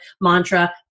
mantra